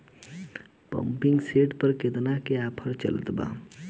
Pumping set पर केतना के ऑफर चलत बा?